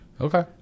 Okay